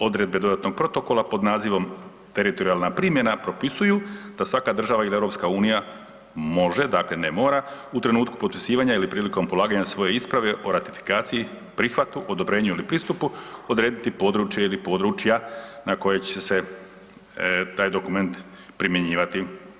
Odredbe dodatnog protokola pod nazivom teritorijalna primjena, propisuju da svaka država ili EU može, dakle ne mora, u trenutku potpisivanja ili prilikom polaganja svoje isprave o ratifikaciji, prihvatu, odobrenju ili pristupu, odrediti područje ili područja na koje će se taj dokument primjenjivati.